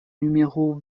numéro